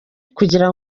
kugira